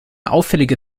auffällige